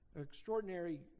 extraordinary